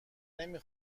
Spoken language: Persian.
نمی